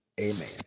Amen